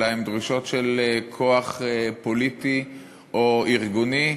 אלא דרישות של כוח פוליטי או ארגוני,